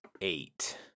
eight